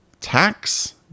tax